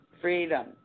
Freedom